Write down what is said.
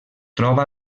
troba